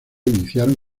iniciaron